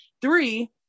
three